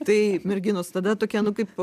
tai merginos tada tokia nu kaip